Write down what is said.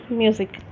music